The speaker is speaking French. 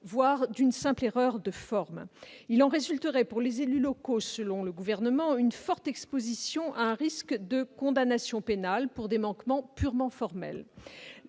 voire une simple erreur de forme. Il en résulterait pour les élus locaux une forte exposition à un risque de condamnation pénale pour des manquements purement formels.